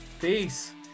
Peace